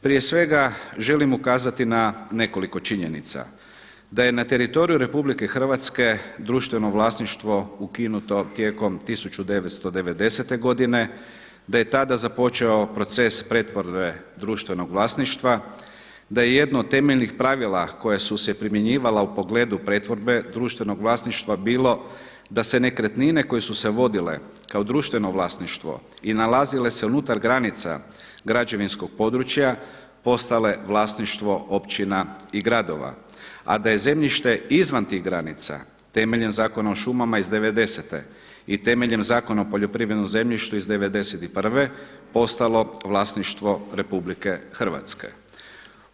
Prije svega želim ukazati na nekoliko činjenica, da je na teritoriju RH društveno vlasništvo ukinuto tijekom 1990. godine, da je tada započeo proces pretvorbe društvenog vlasništva, da je jedno od temeljnih pravila koja su se primjenjivala u pogledu pretvorbe društvenog vlasništva bilo da se nekretnine koje su se vodile kao društveno vlasništvo i nalazile se unutar granica građevinskog područja postale vlasništvo općina i gradova, a da je zemljište izvan tih granica temeljem Zakona o šumama iz devedesete i temeljem Zakona o poljoprivrednom zemljištu iz devedeset i prve postalo vlasništvo Republike Hrvatske.